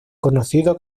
conocido